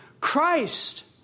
Christ